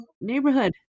neighborhood